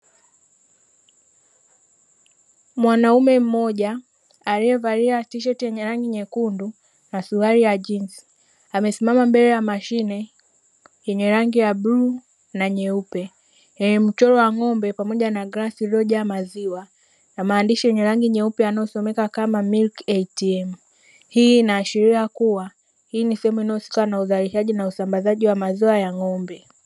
Mwanaume mmoja aliyevalia tisheti yenye rangi nyekundu na suluari ya jinzi, amesimama mbele ya mashine yenye rangi ya bluu na nyeupe yenye mchoro wa ngo'mbe pamoja na glasi iliyojaa maziwa na maandishi yenye rangi nyeupe yanayosomeka kama "MILK ATM", hii inaashiria kuwa, hii ni sehemu inayohusika na uzalishaji na usambazaji wa maziwa ya ng'ombe.